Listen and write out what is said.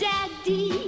Daddy